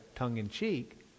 tongue-in-cheek